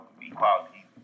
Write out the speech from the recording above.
equality